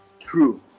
true